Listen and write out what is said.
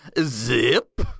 Zip